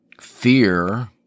Fear